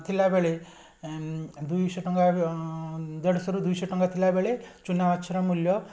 ଥିଲାବେଳେ ଦୁଇଶହ ଟଙ୍କା ଦେଢ଼ଶହରୁ ଦୁଇଶହ ଟଙ୍କା ଥିଲାବେଳେ ଚୁନାମାଛର ମୂଲ୍ୟ